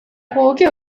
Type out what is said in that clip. provoqué